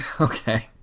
Okay